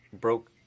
Broke